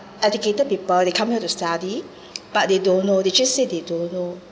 educated people they come here to study but they don't know they just say they don't know